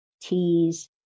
teas